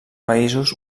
països